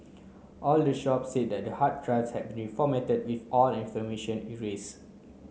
all the shops said the hard drives had been reformatted with all information erased